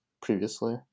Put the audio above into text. previously